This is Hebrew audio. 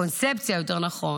הקונספציה, יותר נכון,